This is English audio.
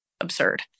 absurd